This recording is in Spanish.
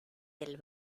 del